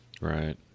Right